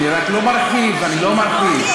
אני לא מרחיב, אני לא מרחיב.